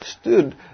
Stood